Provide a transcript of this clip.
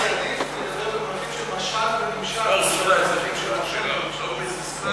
לדבר במונחים של משל ונמשל ולא במונחים של מושל ונמשל.